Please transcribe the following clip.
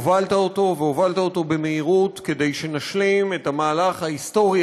הובלת אותו והובלת אותו במהירות כדי שנשלים את המהלך ההיסטורי